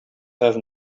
have